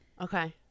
Okay